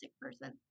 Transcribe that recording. person